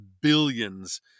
billions